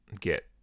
get